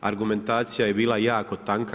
Argumentacija je bila jako tanka.